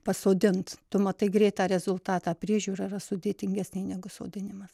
pasodint tu matai greitą rezultatą priežiūra yra sudėtingesnė negu sodinimas